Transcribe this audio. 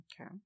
Okay